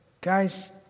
Guys